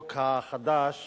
החוק החדש